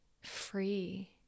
free